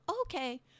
Okay